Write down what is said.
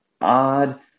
odd